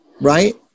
right